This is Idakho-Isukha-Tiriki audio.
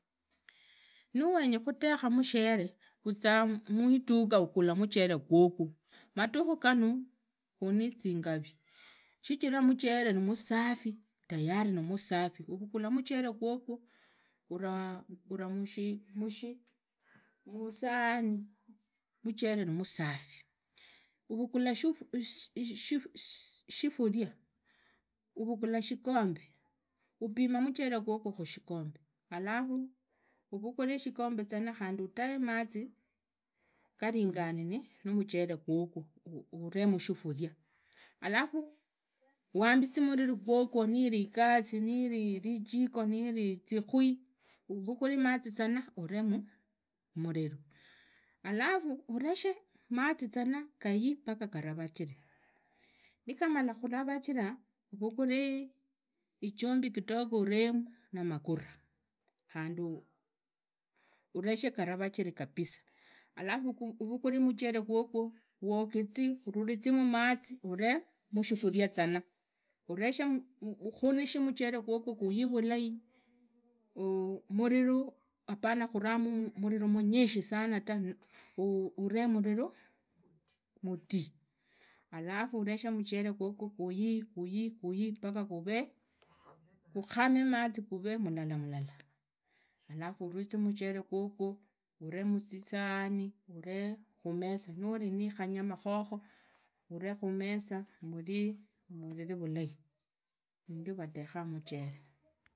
Nawenya khutekha muchere uzaa mwidhuka uzaa uguva muchere gwogwo matukha gana khuri na zikari khijiraa muchere nimusafi. tayari nimusafi uvugura mucheree gwogwo uvaa musahani mucheree nimusafi. uvuguru shifuria. uvugula shikombe. upima muchere gwogwo mushikombe. alafu uvugure shikombe zana khandi udae mazi garingane namuchere gwogwo uremushifuria. alafu huambize muriro gwogwo niri igasi. vijiko niri zikwi. uvugure mazi zana uree mumuriro. alafu uree mazi zana gayii paka garavajire nigamala khuravajira. uvugure jumbi kidogo uremu namaguru. khandi ureshe garavajire kabisa. alafu uvugulee muchere gwogwo uvugureeuwogizee mumazi alafu uree mushifuria zana ukhanushe muchere gwogwo guyii vulai. muriru apana khuvamu muriru munyishi sana tu. uvee muriru muti. alafu. ureshe muchele gwogwo guyii paka guvoo gukhamee mazi paka guvee mulala malala. alafu ururize muchele gwogwo. uremuzisahani. urekhumisa nuri nakhanyama khokho uree khumesa. urii uhuvive vulai. nindio rutekha muchere.